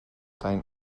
dein